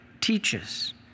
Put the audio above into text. teaches